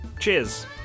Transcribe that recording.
Cheers